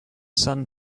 sun